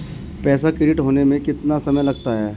पैसा क्रेडिट होने में कितना समय लगता है?